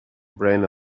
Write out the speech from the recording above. brain